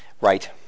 Right